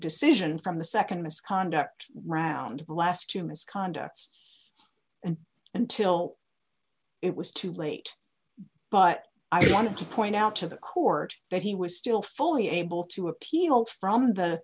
decision from the nd misconduct round the last two misconducts and until it was too late but i wanted to point out to the court that he was still fully able to appeal from the